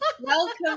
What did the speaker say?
Welcome